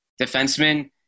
defenseman